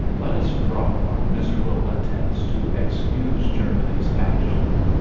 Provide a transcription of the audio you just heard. let us drop our miserable attempts to excuse germany's action.